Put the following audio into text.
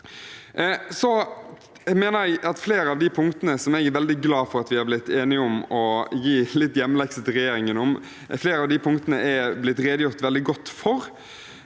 Så mener jeg at flere av de punktene som jeg er veldig glad for at vi har blitt enige om å gi i hjemmelekse til regjeringen, er blitt redegjort veldig godt for.